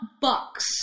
bucks